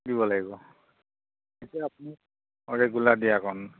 দিব লাগিব এয়া আপুনি অঁ ৰেগুলাৰ দিয়াকণ